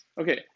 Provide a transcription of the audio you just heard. okay